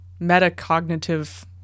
metacognitive